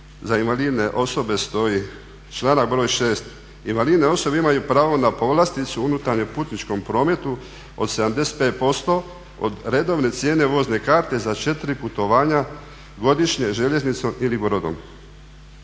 za invalidne osobe stoji članak br. 6. "Invalidne osobe imaju pravo na povlasticu u unutarnjem putničkom prometu od 75% od redovne cijene vozne karte za 4 putovanja godišnje željeznicom ili brodom."